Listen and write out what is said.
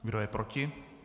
Kdo je proti?